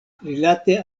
rilate